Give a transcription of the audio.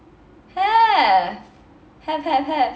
have have have have